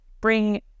bring